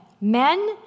Men